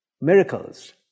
Miracles